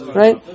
right